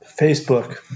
Facebook